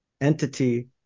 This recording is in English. entity